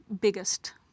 biggest